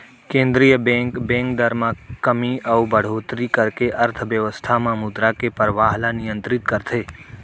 केंद्रीय bank, bank दर म कमी अउ बड़होत्तरी करके अर्थबेवस्था म मुद्रा के परवाह ल नियंतरित करथे